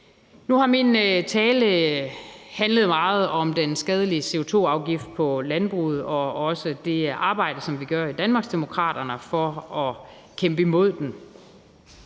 Nu har min tale handlet meget om den skadelige CO2-afgift på landbruget og også om det arbejde, som vi gør i Danmarksdemokraterne, for at kæmpe imod den,